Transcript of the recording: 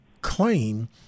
claim